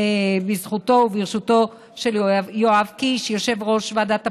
בזכותו וברשותו של יואב קיש, יושב-ראש ועדת הפנים,